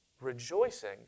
rejoicing